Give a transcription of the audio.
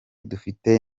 dufite